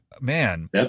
Man